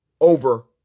over